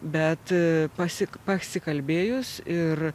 bet pasi pasikalbėjus ir